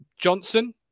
Johnson